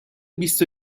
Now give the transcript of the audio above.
بیست